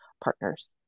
partners